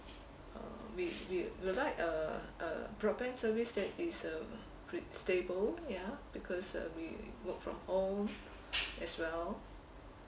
uh we we we'll like a a broadband service that is uh qui~ stable ya because uh we work from home as well